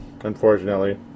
Unfortunately